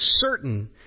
certain